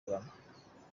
kurama